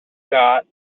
got